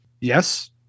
Yes